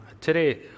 today